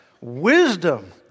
Wisdom